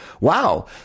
Wow